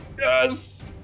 Yes